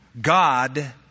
God